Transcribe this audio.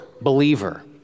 believer